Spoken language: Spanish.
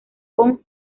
con